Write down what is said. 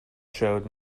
showed